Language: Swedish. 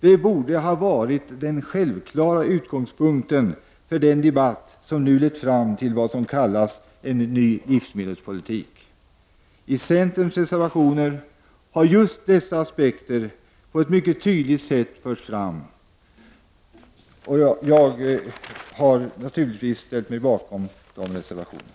Det borde ha varit den självklara utgångspunkten för den debatt som nu lett fram till vad som kallas en ny livsmedelspolitik. I centerns reservationer har just dessa aspekter på ett mycket tydligt sätt förts fram. Jag ställer mig naturligtvis bakom dessa reservationer.